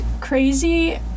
crazy